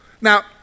Now